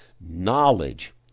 Knowledge